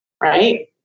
right